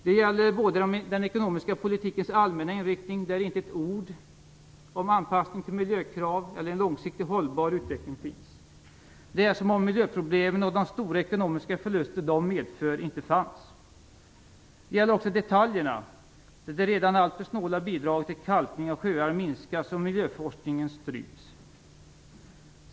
Det gäller den ekonomiska politikens allmänna inriktning, där inte ett ord finns om anpassning till miljökrav eller långsiktigt hållbar utveckling. Det är som om miljöproblemen och de stora ekonomiska förluster de medför inte fanns. Det gäller också i detaljerna, där det redan alltför snåla bidraget till kalkning av sjöar minskas och miljöforskningen stryps.